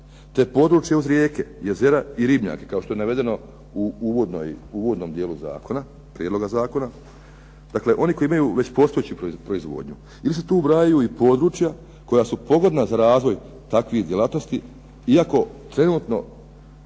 te područje uz rijeke, jezera i ribnjake, kao što je navedeno u uvodnom dijelu prijedloga zakona? Dakle, oni koji imaju već postojeću proizvodnju, ili se tu ubrajaju i područja koja su pogodna za razvoj takvih djelatnosti iako trenutno